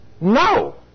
No